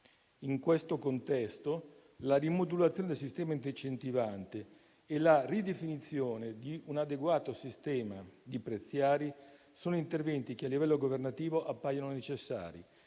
In questo contesto, la rimodulazione del sistema incentivante e la ridefinizione di un adeguato sistema di prezziari sono interventi che, a livello governativo, appaiono necessari,